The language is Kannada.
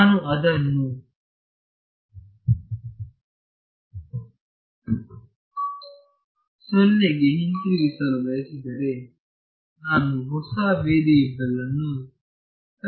ನಾನು ಅದನ್ನು 0 ಕ್ಕೆ ಹಿಂತಿರುಗಿಸಲು ಬಯಸಿದರೆ ನಾನು ಹೊಸ ವೇರಿಯಬಲ್ ಅನ್ನು ಪರಿಚಯಿಸಬೇಕಾಗಿದೆ